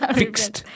fixed